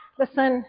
listen